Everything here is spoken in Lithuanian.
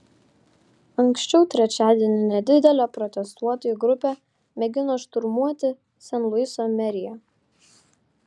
anksčiau trečiadienį nedidelė protestuotojų grupė mėgino šturmuoti sen luiso meriją